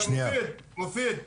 מופיד,